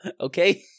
okay